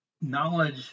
knowledge